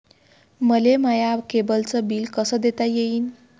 मले माया केबलचं बिल कस देता येईन?